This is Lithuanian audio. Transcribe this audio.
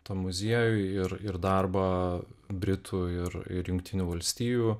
tą muziejų ir ir darbą britų ir ir jungtinių valstijų